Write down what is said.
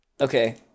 okay